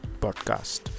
podcast